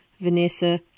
Vanessa